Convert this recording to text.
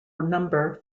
number